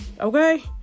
Okay